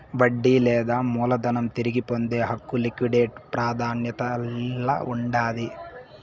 వడ్డీ లేదా మూలధనం తిరిగి పొందే హక్కు లిక్విడేట్ ప్రాదాన్యతల్ల ఉండాది